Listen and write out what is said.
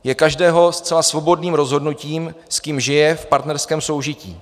Je každého zcela svobodným rozhodnutím, s kým žije v partnerském soužití.